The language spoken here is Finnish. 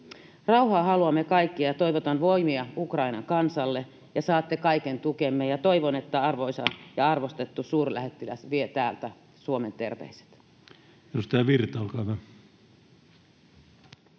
Rauhaa haluamme kaikki, ja toivotan voimia Ukrainan kansalle, ja saatte kaiken tukemme. Toivon, että arvoisa ja arvostettu suurlähettiläs vie täältä Suomen terveiset.